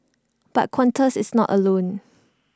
but Qantas is not alone